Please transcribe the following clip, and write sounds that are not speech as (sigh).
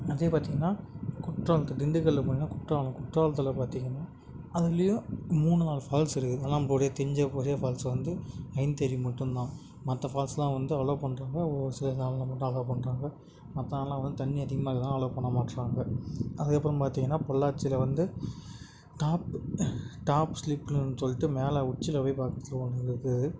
அதே பார்த்தீங்கனா குற்றாலத்து திண்டுக்கலுக்கு போனீங்கன்னா குற்றாலம் குற்றாலத்தில் பார்த்தீங்கன்னா அதுலையும் மூணு நாலு ஃபால்ஸு இருக்குது எல்லாம் ஒரே தெரிஞ்ச ஒரே ஃபால்ஸ் வந்து ஐந்தருவி மட்டும்தான் மற்ற ஃபால்ஸ் எல்லாம் வந்து அலோ பண்ணுறாங்க ஒரு சில நாளில் மட்டும் அலோவ் பண்ணுறாங்க மற்ற (unintelligible) வந்து தண்ணி அதிகமாக இருக்கிறதுனால அலோவ் பண்ண மாட்டுறாங்க அதுக்கு அப்புறம் பார்த்தீங்கன்னா பொள்ளாட்சியில வந்து டாப் டாப் ஸ்லிக்குன்னு ஒன்று சொல்லிட்டு மேலே உச்சியில போய் பார்த்துட்டு ஒன்று இது இருக்குது